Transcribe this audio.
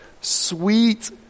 sweet